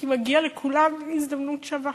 כי מגיעה לכולם הזדמנות שווה.